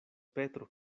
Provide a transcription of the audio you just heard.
petro